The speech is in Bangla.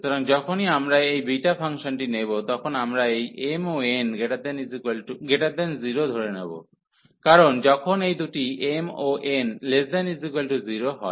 সুতরাং যখনই আমরা এই বিটা ফাংশনটি নেব তখন আমরা এই mও n0 ধরে নেব কারণ যখন এই দুটি mও n0 হয়